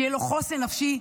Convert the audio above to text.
שיהיה לו חוסן נפשי.